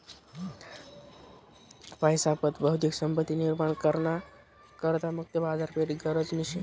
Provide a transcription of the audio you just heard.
पैसा पत भौतिक संपत्ती निर्माण करा ना करता मुक्त बाजारपेठ गरजनी शे